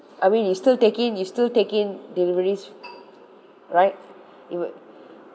I mean you still take in you still take in deliveries right it would